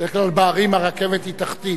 בדרך כלל בערים הרכבת היא תחתית.